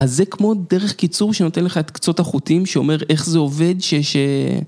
אז זה כמו דרך קיצור שנותן לך את קצות החוטים, שאומר איך זה עובד, ש...